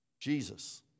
Jesus